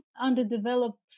underdeveloped